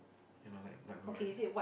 ya lah light light blue right